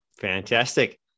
Fantastic